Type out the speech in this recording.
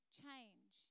change